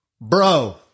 Bro